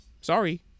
Sorry